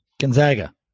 Gonzaga